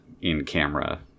in-camera